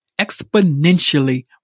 exponentially